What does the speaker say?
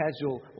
casual